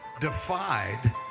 defied